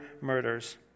murders